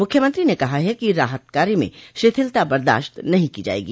मुख्यमंत्री ने कहा है कि राहत कार्य में शिथिलता बर्दास्त नहीं की जायेगी